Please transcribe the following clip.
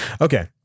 Okay